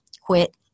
quit